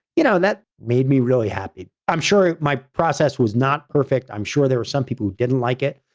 you know, that made me really happy. i'm sure my process was not perfect. i'm sure there were some people who didn't like it,